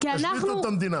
אין בעיה.